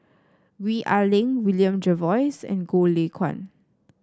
Gwee Ah Leng William Jervois and Goh Lay Kuan